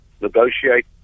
negotiate